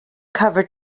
cover